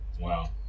Wow